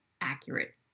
accurate